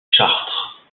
chartres